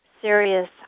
serious